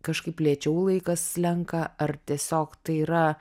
kažkaip lėčiau laikas slenka ar tiesiog tai yra